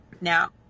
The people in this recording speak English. now